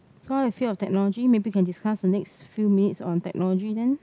so how you feel of technology maybe can discuss the next few minutes on technology then